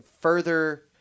further